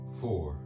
four